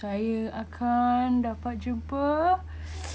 saya akan dapat jumpa